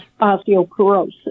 osteoporosis